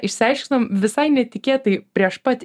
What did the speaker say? išsiaiškinom visai netikėtai prieš pat